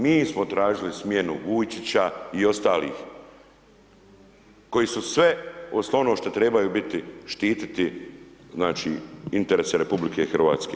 Mi smo tražili smjenu Vujčića i ostalih koji su sve uz ono što trebaju biti štiti znači interese RH.